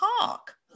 talk